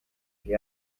que